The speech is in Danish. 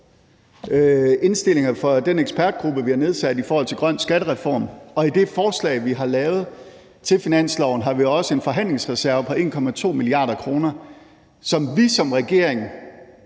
indstillinger fra den ekspertgruppe, vi har nedsat i forhold til grøn skattereform, og i det forslag, vi har lavet, til finansloven, har vi også en forhandlingsreserve på 1,2 mia. kr., som vi som regering